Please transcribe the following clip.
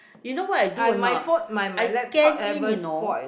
you know what I do or not I scan in you know